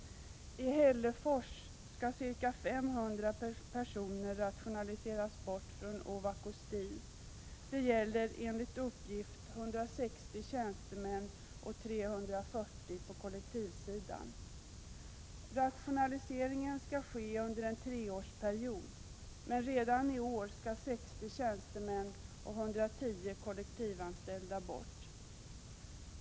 I Hällefors skall ca 500 personer rationaliseras bort från Ovako Steel. Det gäller enligt uppgift 160 tjänstemän och 340 på kollektivsidan. Rationaliseringen skall ske under en treårsperiod, men redan i år skall 60 tjänstemän och 110 kollektivanställda bort.